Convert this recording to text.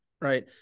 Right